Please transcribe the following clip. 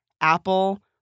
Apple